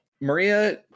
Maria